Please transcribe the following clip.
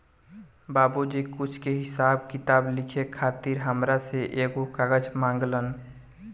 बाबुजी कुछ के हिसाब किताब लिखे खातिर हामरा से एगो कागज मंगलन